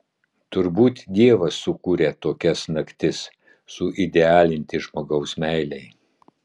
turbūt dievas sukūrė tokias naktis suidealinti žmogaus meilei